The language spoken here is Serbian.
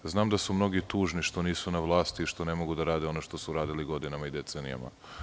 Znam da su mnogi tužni što nisu na vlasti i što ne mogu da rade ono što su radili godinama i decenijama.